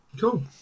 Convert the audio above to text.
Cool